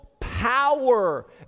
power